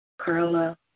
Carla